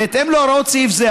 בהתאם להוראות סעיף זה,